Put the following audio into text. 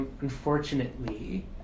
unfortunately